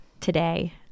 today